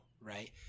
right